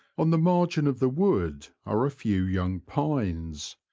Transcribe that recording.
on the margin of the wood are a few young pines,